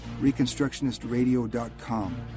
ReconstructionistRadio.com